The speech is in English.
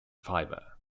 fiber